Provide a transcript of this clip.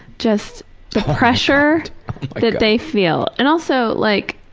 just the pressure that they feel, and also like,